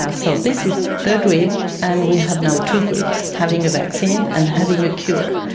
ah so this is the dream, and we have now two dreams having a vaccine and having a cure.